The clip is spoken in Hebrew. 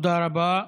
תודה רבה.